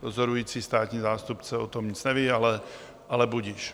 Dozorující státní zástupce o tom nic neví, ale budiž.